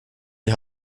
die